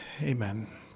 Amen